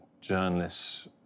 journalists